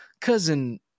cousin